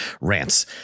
rants